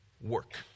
work